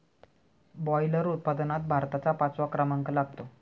boiler उत्पादनात भारताचा पाचवा क्रमांक लागतो